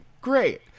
Great